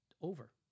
over